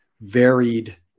varied